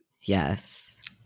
Yes